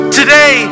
today